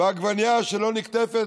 עגבנייה שלא נקטפת,